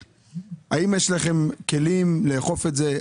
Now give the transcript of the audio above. האם יש לכם כלים לאכוף את זה?